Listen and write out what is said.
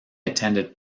attended